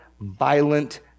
violent